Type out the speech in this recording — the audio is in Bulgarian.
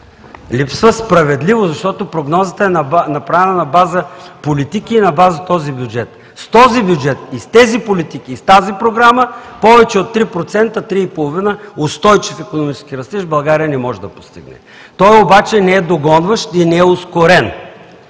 Липсва справедливо, защото прогнозата е направена на база политики и на база този бюджет. С този бюджет и с тези политики и с тази програма повече от 3 – 3,5% устойчив икономически растеж България не може да постигне. Той обаче не е догонващ и не е ускорен.